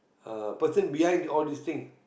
uh person behind all these thing